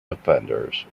defenders